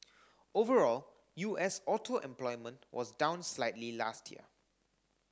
overall U S auto employment was down slightly last year